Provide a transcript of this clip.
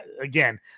again